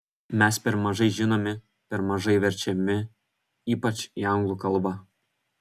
mes per mažai žinomi per mažai verčiami ypač į anglų kalbą